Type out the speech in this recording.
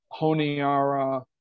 Honiara